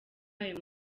ayo